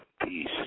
Peace